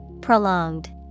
Prolonged